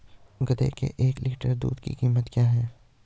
गधे के एक लीटर दूध की कीमत क्या है?